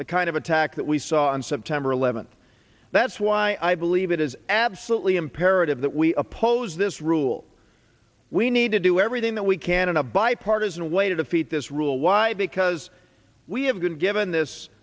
the kind of attack that we saw on september eleventh that's why i believe it is absolutely imperative that we oppose this rule we need to do everything that we can in a bipartisan way to defeat this rule why because we have been given this